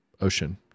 ocean